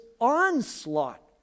onslaught